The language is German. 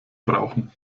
brauchen